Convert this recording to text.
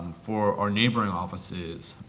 for our neighboring offices,